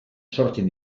sortzen